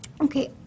Okay